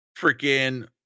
freaking